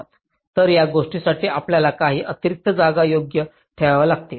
तर या गोष्टींसाठी आपल्याला काही अतिरिक्त जागा योग्य ठेवाव्या लागतील